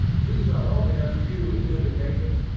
these are only a few indications,